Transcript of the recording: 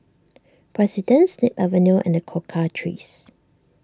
President Snip Avenue and the Cocoa Trees